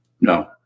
No